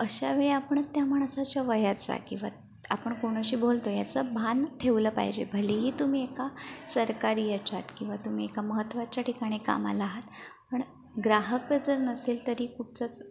अशावेळी आपण त्या माणसाच्या वयाचा किंवा आपण कोणाशी बोलतो आहे याचा भान ठेवलं पाहिजे भलेही तुम्ही एका सरकारी याच्यात किंवा तुम्ही एका महत्त्वाच्या ठिकाणी कामाला आहात पण ग्राहकच नसेल तरी कुठचंच